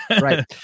Right